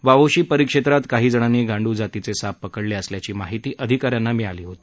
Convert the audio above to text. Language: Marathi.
वावोशी परिक्षेत्रात काही जणांनी गांडूळ जातीचे साप पकडले असल्याची माहिती अधिकाऱ्यांना मिळाली होती